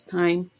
time